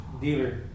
dealer